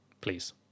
please